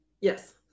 Yes